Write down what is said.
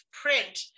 print